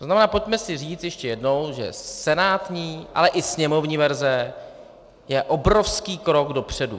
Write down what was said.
To znamená, pojďme si říct ještě jednou, že senátní, ale i sněmovní verze je obrovský krok dopředu.